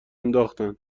انداختن